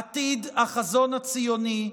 עתיד החזון הציוני,